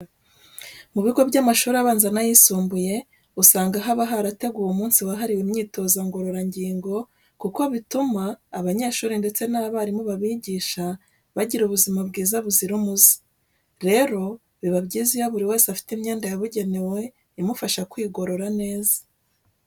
Mu bigo by'amashuri abanza n'ayisumbuye usanga haba harateguwe umunsi wahariwe imyitozo ngororangingo kuko bituma abanyeshuri ndetse n'abarimu babigisha bagira ubuzima bwiza buzira umuze. Rero biba byiza iyo buri wese afite imyenda yabugenewe imufasha kwigorora neza.